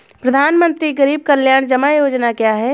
प्रधानमंत्री गरीब कल्याण जमा योजना क्या है?